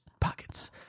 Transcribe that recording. pockets